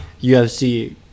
UFC